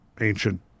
ancient